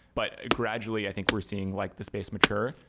but gradually, i think we're seeing like the space mature.